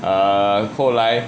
err 后来